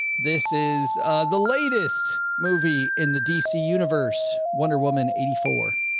this is the latest movie in the dc universe. wonder woman, eighty four.